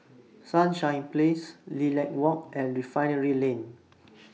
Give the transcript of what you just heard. Sunshine Place Lilac Walk and Refinery Lane